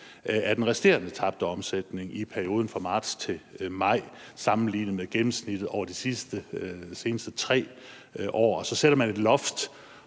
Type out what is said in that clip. af den resterende tabte omsætning i perioden fra marts til maj sammenlignet med gennemsnittet over de seneste 3 år. Så sætter man jo et loft